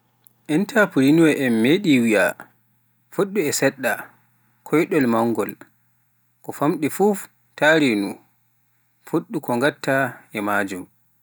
Entrepreneur meeɗii wiyaa, fuɗɗu e seɗɗa, koyɗol mawngol, ko famɗi fof taa reenu, fuɗɗu ko ngatta e maajum